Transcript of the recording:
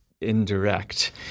indirect